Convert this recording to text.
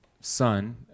son